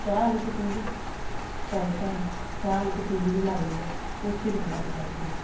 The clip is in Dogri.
चाह् आह्ली पतीली फ्राईपैन चाह् आह्ली पतीली बी लाई दी ऐ ओह् सिरवला दी लाई दी ऐ